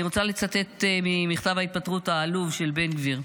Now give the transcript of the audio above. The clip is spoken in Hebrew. אני רוצה לצטט ממכתב ההתפטרות העלוב של בן גביר: